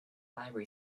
library